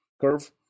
curve